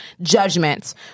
judgments